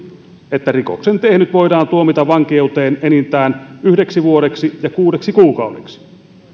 että rikoksen tehnyt voidaan tuomita vankeuteen enintään yhdeksi vuodeksi ja kuudeksi kuukaudeksi